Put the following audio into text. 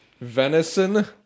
Venison